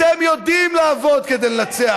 אתם יודעים לעבוד כדי לנצח.